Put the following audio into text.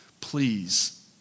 Please